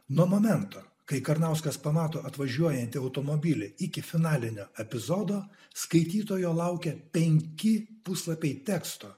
nuo momento kai karnauskas pamato atvažiuojantį automobilį iki finalinio epizodo skaitytojo laukia penki puslapiai teksto